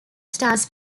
stars